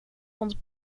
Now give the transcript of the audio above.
vond